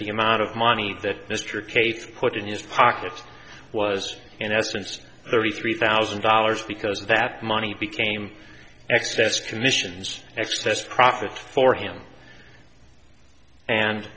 the amount of money that mr cates put in his pocket was in essence thirty three thousand dollars because that money became excess commissions excess profit for him and